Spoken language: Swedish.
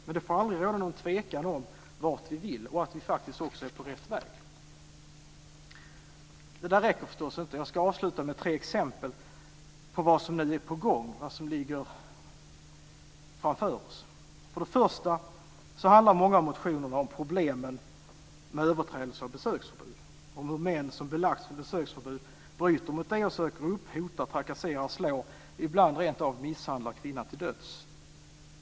Men det får aldrig råda någon tvekan om vart vi vill och att vi faktiskt också är på rätt väg. Men detta räcker förstås inte, och jag ska avsluta med tre exempel på vad som nu är på gång och som ligger framför oss. För det första handlar många av motionerna om problemen med överträdelse av besöksförbud, om hur män som har belagts med besöksförbud bryter mot det och söker upp, hotar, trakasserar, slår och ibland rent av misshandlar kvinnan till döds.